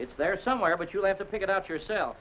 it's there somewhere but you have to pick it out yourself